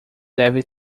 deve